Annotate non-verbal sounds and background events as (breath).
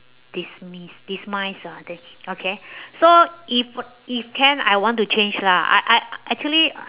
dismiss demise ah (noise) okay (breath) so if (noise) if can I want to change lah I I a~ actually I I